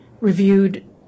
reviewed